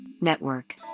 Network